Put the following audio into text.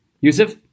Yusuf